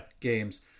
games